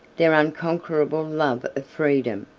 their unconquerable love of freedom,